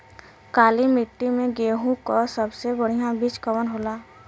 काली मिट्टी में गेहूँक सबसे बढ़िया बीज कवन होला?